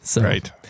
Right